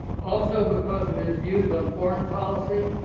also, because of his views on foreign policy,